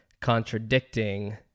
contradicting